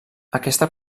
aquesta